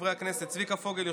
חברי הכנסת צביקה פוגל,